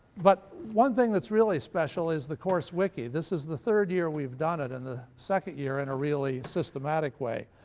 but one thing that's really special is the course wiki. this is the third year we've done it and the second year in a really systematic way.